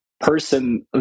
person